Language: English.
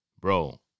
Bro